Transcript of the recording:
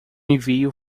envio